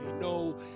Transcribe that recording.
No